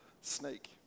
snake